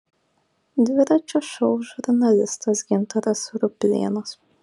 dviračio šou žurnalistas gintaras ruplėnas